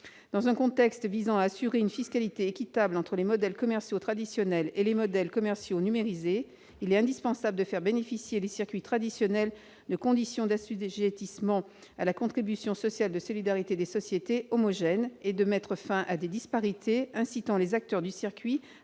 Dans la perspective d'assurer une fiscalité équitable entre les modèles commerciaux traditionnels et les modèles commerciaux numérisés, il est indispensable de faire bénéficier les circuits traditionnels de conditions d'assujettissement à la C3S homogènes et de mettre fin à des disparités incitant les acteurs du circuit à